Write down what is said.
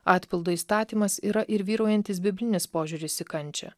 atpildo įstatymas yra ir vyraujantis biblinis požiūris į kančią